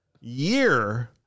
year